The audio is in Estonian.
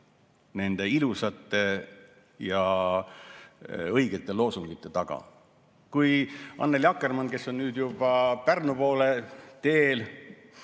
nende ilusate ja õigete loosungite taga. Kui Annely Akkermann, kes on nüüd juba Pärnu poole teel,